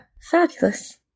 Fabulous